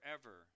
forever